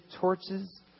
torches